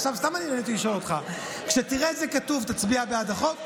עכשיו סתם אני נהנה לשאול אותך: כשתראה את זה כתוב תצביע בעד החוק?